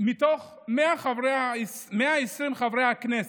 מתוך 120 חברי הכנסת,